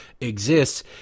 exists